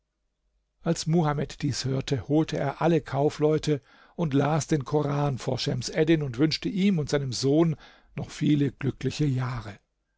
als muhamed dies hörte holte er alle kaufleute und las den koran vor schems eddin und wünschte ihm und seinem sohn noch viele glückliche jahre